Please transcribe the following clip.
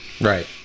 Right